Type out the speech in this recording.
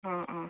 অঁ অঁ